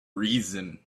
reason